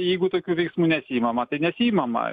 jeigu tokių veiksmų nesiimama tai nesiimama